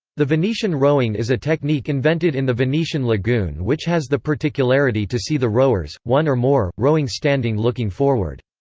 the venetian rowing is a technique invented in the venetian lagoon which has the particularity to see the rower s, one or more, rowing standing looking forward.